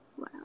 Wow